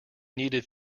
needed